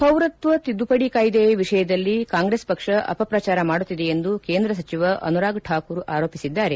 ಪೌರತ್ವ ತಿದ್ದುಪಡಿ ಕಾಯ್ದೆಯ ವಿಷಯದಲ್ಲಿ ಕಾಂಗ್ರೆಸ್ ಪಕ್ಷ ಅಪಪ್ರಚಾರ ಮಾಡುತ್ತಿದೆ ಎಂದು ಕೇಂದ್ರ ಸಚಿವ ಅನುರಾಗ್ ಠಾಕೂರ್ ಆರೋಪಿಸಿದ್ದಾರೆ